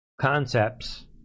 concepts